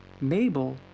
Mabel